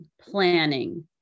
planning